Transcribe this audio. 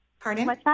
Pardon